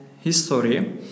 history